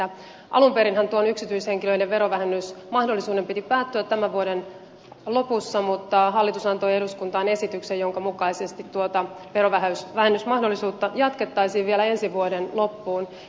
alun perinhän tuon yksityishenkilöiden verovähennysmahdollisuuden piti päättyä tämän vuoden lopussa mutta hallitus antoi eduskuntaan esityksen jonka mukaisesti tuota verovähennysmahdollisuutta jatkettaisiin vielä ensi vuoden loppuun